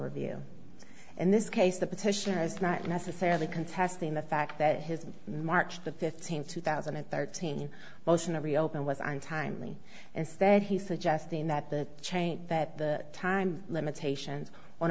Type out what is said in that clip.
our view and this case the petition has not necessarily contesting the fact that his march the fifteenth two thousand and thirteen motion to reopen was untimely instead he's suggesting that the change that the time limitations on